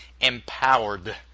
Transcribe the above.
empowered